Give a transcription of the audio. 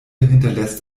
hinterlässt